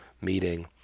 meeting